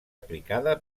aplicada